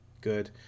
good